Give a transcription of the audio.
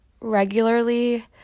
regularly